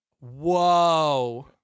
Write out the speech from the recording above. Whoa